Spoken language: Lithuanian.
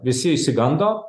visi išsigando